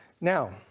Now